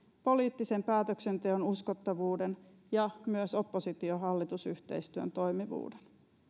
poliittisen päätöksenteon uskottavuuden ja myös oppositio hallitus yhteistyön toimivuuden